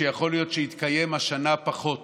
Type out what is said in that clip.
שיכול להיות שהתקיים השנה פחות